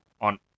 on